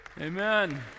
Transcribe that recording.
Amen